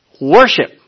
worship